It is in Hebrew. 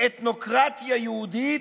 מאתנוקרטיה יהודית,